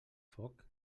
foc